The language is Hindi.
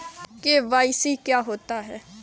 के.वाई.सी क्या होता है?